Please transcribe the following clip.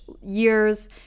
years